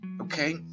okay